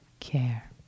care